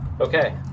Okay